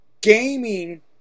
Gaming